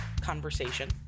conversation